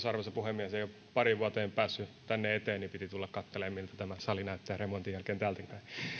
arvoisa puhemies ei ole pariin vuoteen päässyt tänne eteen niin piti tulla katselemaan miltä tämä sali näyttää remontin jälkeen täältäkin päin